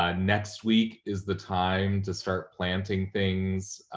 um next week is the time to start planting things,